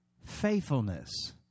faithfulness